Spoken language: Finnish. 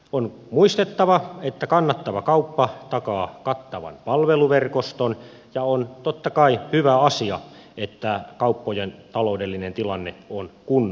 on muistettava että kannattava kauppa takaa kattavan palveluverkoston ja on totta kai hyvä asia että kauppojen taloudellinen tilanne on kunnossa